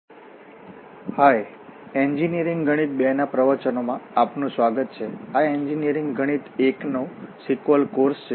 vector functions hi engineering ગણિત II ના પ્રવચનોમાં આપનું સ્વાગત છે અને આ એન્જિનિયરિંગ ગણિત I નો સિક્વલ કોર્સ છે